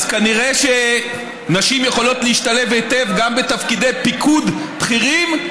אז כנראה נשים יכולות להשתלב היטב גם בתפקידי פיקוד בכירים.